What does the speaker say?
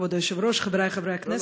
כבוד היושב-ראש, חברי חברי הכנסת,